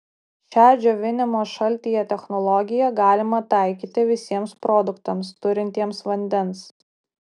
šią džiovinimo šaltyje technologiją galima taikyti visiems produktams turintiems vandens